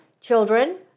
children